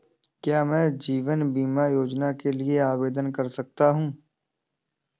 क्या मैं जीवन बीमा योजना के लिए आवेदन कर सकता हूँ?